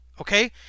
Okay